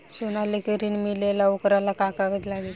सोना लेके ऋण मिलेला वोकरा ला का कागज लागी?